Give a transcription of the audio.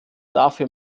dafür